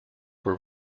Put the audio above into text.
were